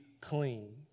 clean